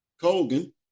Colgan